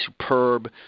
superb